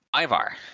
Ivar